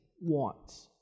wants